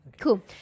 Cool